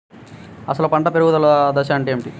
అసలు పంట పెరుగుదల దశ అంటే ఏమిటి?